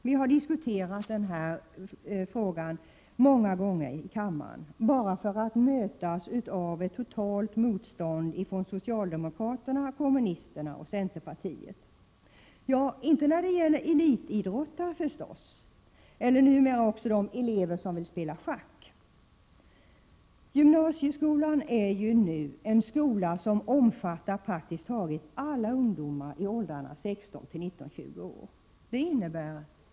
Vi har diskuterat den frågan många gånger här i kammaren, men varje gång har vi mött ett totalt motstånd från socialdemokraterna, kommunisterna och centerpartiet — ja, inte när det gäller elitidrottare förstås eller, vilket numera gäller, de elever som vill spela schack. Gymnasieskolan är ju nu en skola som omfattar praktiskt taget alla ungdomar från 16 års ålder och upp till 19-20 års ålder.